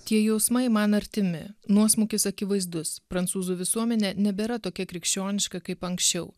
tie jausmai man artimi nuosmukis akivaizdus prancūzų visuomenė nebėra tokia krikščioniška kaip anksčiau